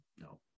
no